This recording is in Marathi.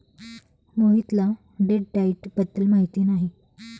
मोहितला डेट डाइट बद्दल माहिती नाही